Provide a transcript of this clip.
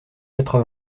quatre